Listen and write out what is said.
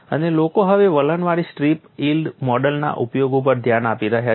અને લોકો હવે વલણવાળી સ્ટ્રીપ યીલ્ડ મોડેલના ઉપયોગ ઉપર ધ્યાન આપી રહ્યા છે